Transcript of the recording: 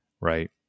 right